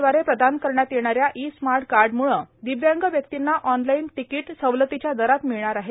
द्वारे प्रदान करण्यात येणाऱ्या ई स्मार्ट कार्डम्ळे दिव्यांग व्यक्तींना ऑनलाईन तिकीट सवलतीच्या दरात मिळणार आहेत